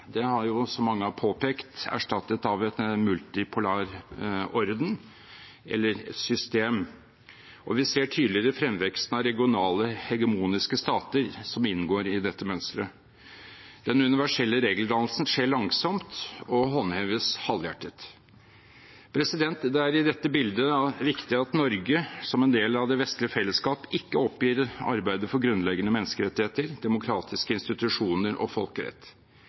mange har påpekt, erstattet av en multipolar orden, eller et system. Vi ser tydeligere fremveksten av regionale, hegemoniske stater som inngår i dette mønsteret. Den universelle regeldannelsen skjer langsomt og håndheves halvhjertet. Det er i dette bildet riktig at Norge som en del av det vestlige fellesskap ikke oppgir arbeidet for grunnleggende menneskerettigheter, demokratiske institusjoner og folkerett.